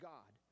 God